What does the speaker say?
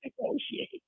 negotiate